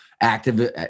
active